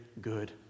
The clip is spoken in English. good